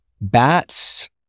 bats